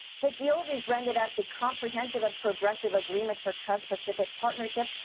the deal, rebranded as the comprehensive and progressive agreement for trans-pacific partnership